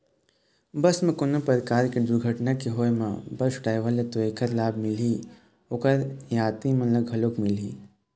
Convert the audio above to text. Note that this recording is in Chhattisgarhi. बस म कोनो परकार के दुरघटना के होय म बस डराइवर ल तो ऐखर लाभ मिलही, ओखर यातरी मन ल घलो मिलही